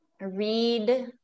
read